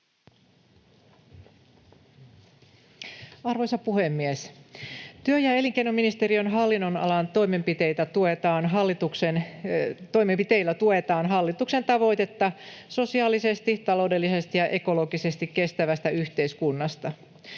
Arvoisa puhemies! Työ- ja elinkeinoministeriön hallinnonalan toimenpiteillä tuetaan hallituksen tavoitetta sosiaalisesti, taloudellisesti ja ekologisesti kestävästä yhteiskunnasta.